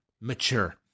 Mature